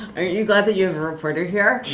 aren't you glad that you're a reporter here?